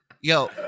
Yo